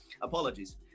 apologies